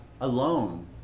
alone